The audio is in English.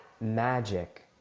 magic